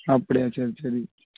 அப்படியா சரி சரி